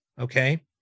okay